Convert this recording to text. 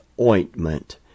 ointment